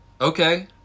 Okay